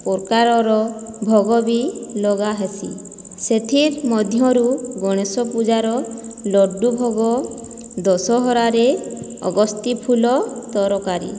ପ୍ରକାରର ଭୋଗ ବି ଲଗା ହେସି ସେଥିର୍ ମଧ୍ୟରୁ ଗଣେଶ ପୂଜାର ଲଡ଼ୁ ଭୋଗ ଦଶହରାରେ ଅଗସ୍ତି ଫୁଲ ତରକାରୀ